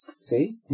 See